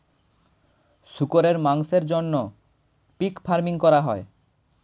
শুকরের মাংসের জন্য পিগ ফার্মিং করা হয়